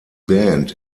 band